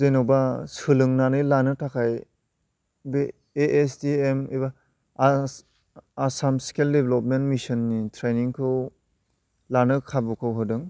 जेन'बा सोलोंनानै लानो थाखाय बे एएसडिएम एबा आसाम स्केल डेभ्लपमेन्ट मिशननि ट्रेनिंखौ लानो खाबुखौ होदों